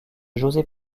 josé